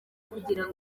kugira